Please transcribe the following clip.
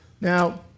Now